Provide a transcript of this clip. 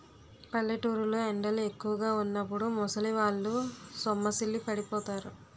పల్లెటూరు లో ఎండలు ఎక్కువుగా వున్నప్పుడు ముసలివాళ్ళు సొమ్మసిల్లి పడిపోతారు